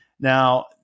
Now